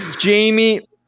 Jamie